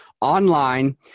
online